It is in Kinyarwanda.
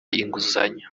inguzanyo